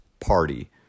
Party